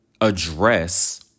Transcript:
address